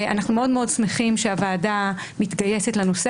אנחנו מאוד מאוד שמחים שהוועדה מתגייסת לנושא